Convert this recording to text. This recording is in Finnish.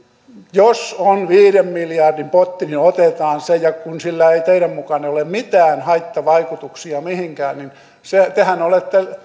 jos on viiden miljardin potti niin otetaan se ja kun sillä ei teidän mukaanne ole mitään haittavaikutuksia mihinkään niin tehän olette